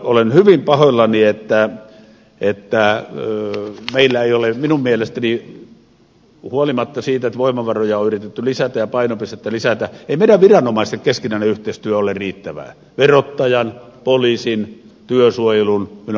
olen hyvin pahoillani että hän ei tää on ollut meillä ei ole minun mielestäni huolimatta siitä että voimavaroja on yritetty lisätä ja painopistettä lisätä viranomaisten keskinäinen yhteistyö riittävää verottajan poliisin työsuojelun ynnä muuta